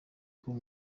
kuba